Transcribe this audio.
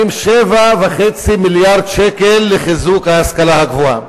7.5 מיליארד ש"ח לחיזוק ההשכלה הגבוהה.